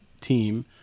team